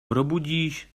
probudíš